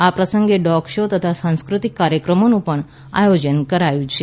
આ પ્રસંગે dog show તથા સાંસ્કૃતિક કાર્યક્રમોનું પણ આયોજન કરાયું છે